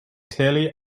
clearly